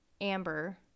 Amber